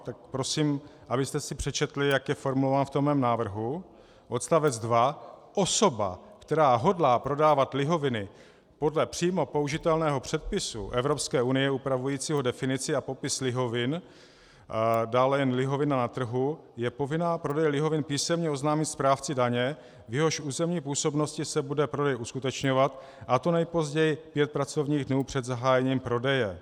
Tak prosím, abyste si přečetli, jak je formulován v tom mém návrhu: (2) Osoba, která hodlá prodávat lihoviny podle přímo použitelného předpisu Evropské unie upravujícího definici a popis lihovin, dále jen lihovina na trhu, je povinna prodej lihovin písemně oznámit správci daně, v jehož územní působnosti se bude prodej uskutečňovat, a to nejpozději pět pracovních dnů před zahájením prodeje.